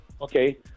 okay